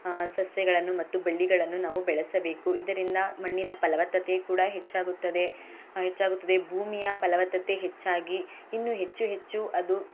ಸಸ್ಯಗಳನ್ನು ಮತ್ತು ಬೆಳ್ಳಿಗಳನ್ನು ನಾವು ಬೆಳೆಸಬೇಕು ಇದರಿಂದ ಮಣ್ಣಿನ ಫಲವತ್ತತೆ ಕೂಡ ಹೆಚ್ಚಾಗುತ್ತದೆ ಹೆಚ್ಚಾಗುತ್ತದೆ ಭೂಮಿಯ ಫಲವತ್ತತೆ ಹೆಚ್ಚಾಗಿ ಇನ್ನು ಹೆಚ್ಚು ಹೆಚ್ಚು ಅದು